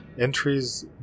entries